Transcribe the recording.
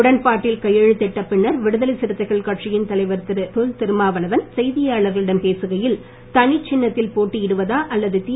உடன்பாட்டில் கையெழுத்திட்ட பின்னர் விடுதலை சிறுத்தைகள் கட்சியின் தலைவர் திரு தொல் திருமாவளவன் செய்தியாளர்களிடம் பேசுகையில் தனிச் சின்னத்தில் போட்டியிடுவதா அல்லது தி